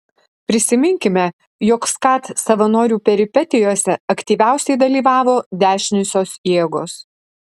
prisiminkime jog skat savanorių peripetijose aktyviausiai dalyvavo dešiniosios jėgos